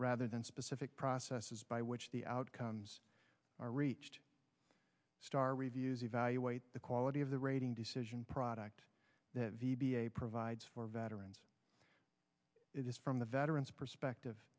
rather than specific processes by which the outcomes are reached star reviews evaluate the quality of the rating decision product that v b a provides for veterans it is from the veterans perspective